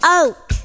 oak